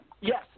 Yes